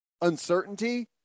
uncertainty